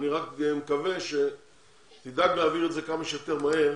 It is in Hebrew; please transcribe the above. אני רק מקווה שתדאג להעביר את זה כמה שיותר מהר